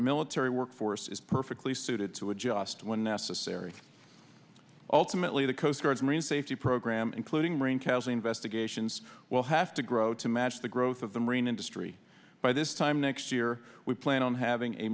military workforce is perfectly suited to adjust when necessary ultimately the coast guard's marine safety program including marine cows investigations will have to grow to match the growth of the marine industry by this time next year we plan on having a